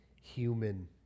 human